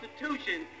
Constitution